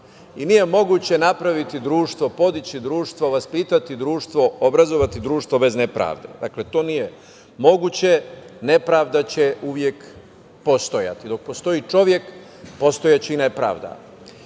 i nije moguće napraviti društvo, podići društvo, vaspitati društvo, obrazovati društvo bez nepravde. Dakle, to nije moguće. Nepravda će uvek postojati, dok postoji čovek, postojaće i nepravda.